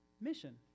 mission